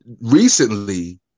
recently